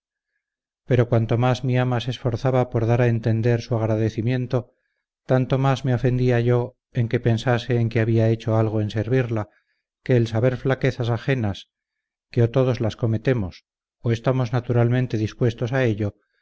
pero cuanto más mi ama se esforzaba por dar a entender su agradecimiento tanto más me ofendía yo en que pensase en que había hecho algo en servirla que el saber flaquezas ajenas que o todos las cometemos o estamos naturalmente dispuestos a ello